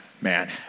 man